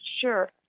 Sure